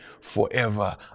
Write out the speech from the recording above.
forever